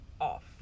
off